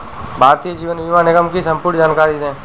भारतीय जीवन बीमा निगम की संपूर्ण जानकारी दें?